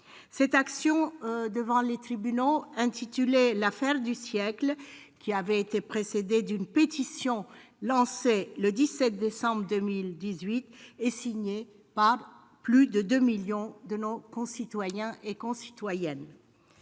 Cette action devant les tribunaux, intitulée « l'affaire du siècle », avait été précédée d'une pétition lancée le 17 décembre 2018 et signée par plus de 2 millions de nos concitoyens et concitoyennes.